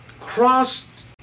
crossed